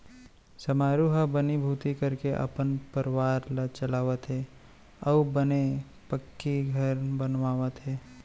समारू ह बनीभूती करके अपन परवार ल चलावत हे अउ बने पक्की घर बनवावत हे